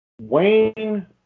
Wayne